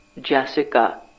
Jessica